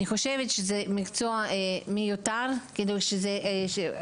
אני חושבת שזה מקצוע מיותר - פבלוטומיסטים